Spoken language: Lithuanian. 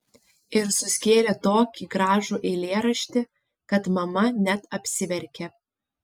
ir suskėlė tokį gražų eilėraštį kad mama net apsiverkė